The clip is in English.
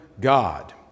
God